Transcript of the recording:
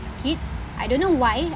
a kid I don't know why